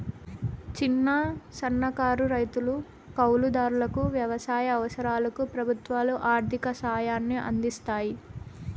చిన్న, సన్నకారు రైతులు, కౌలు దారులకు వ్యవసాయ అవసరాలకు ప్రభుత్వాలు ఆర్ధిక సాయాన్ని అందిస్తాయి